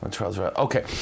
okay